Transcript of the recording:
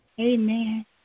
Amen